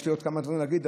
יש לי עוד כמה דברים להגיד,